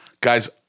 Guys